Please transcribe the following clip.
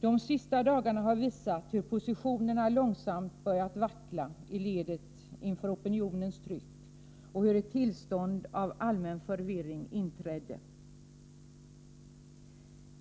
De senaste dagarna har visat hur positionerna långsamt har börjat vackla inför opinionens tryck och hur ett tillstånd av allmän förvirring har inträtt.